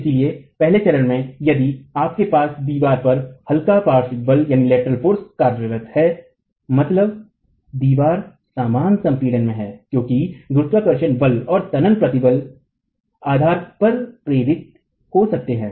इसलिए पहले चरण में यदि आपके पास दीवार पर हल्का पार्श्विक बल कार्यरत है मतलब दीवार समान संपीड़न में है क्योंकि गुरुत्वाकर्षण बल और तनत प्रतिबल आधार पर प्रेरित हो सकते हैं